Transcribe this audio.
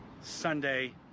Sunday